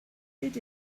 did